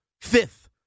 fifth